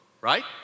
right